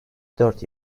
dört